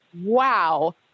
wow